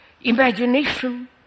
imagination